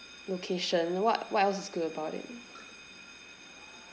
location what what else is good about it